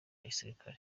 gisirikare